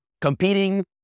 Competing